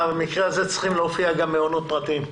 במקרה הזה צריכים להופיע גם מעונות פרטיים.